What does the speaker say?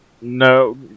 No